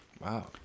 Wow